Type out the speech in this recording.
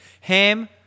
ham